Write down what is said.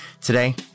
Today